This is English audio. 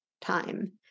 time